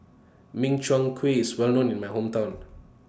Min Chiang Kueh IS Well known in My Hometown